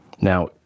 Now